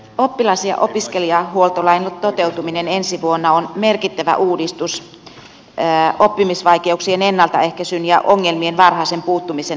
oppilas ja opiskelijahuoltolain toteutuminen ensi vuonna on merkittävä uudistus oppimisvaikeuksien ennaltaehkäisyn ja ongelmien varhaisen puuttumisen näkökulmasta